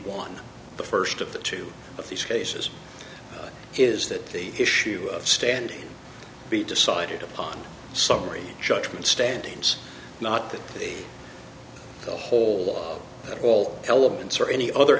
won the first of the two of these cases is that the issue of standing be decided upon summary judgment standings not the way the whole the whole elements or any other